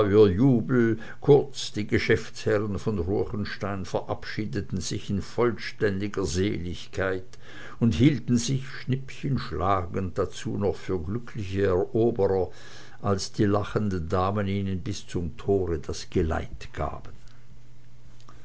jubel kurz die geschäftsherren von ruechenstein verabschiedeten sich in vollständiger seligkeit und hielten sich schnippchen schlagend dazu noch für glückliche eroberer als die lachenden damen ihnen bis zum tore das geleit gaben